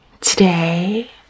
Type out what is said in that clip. today